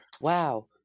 wow